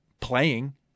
playing